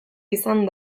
izan